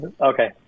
okay